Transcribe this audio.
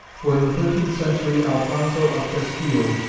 for in the thirteenth century alphonso of castile,